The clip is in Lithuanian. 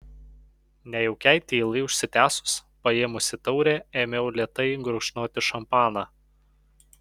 nejaukiai tylai užsitęsus paėmusi taurę ėmiau lėtai gurkšnoti šampaną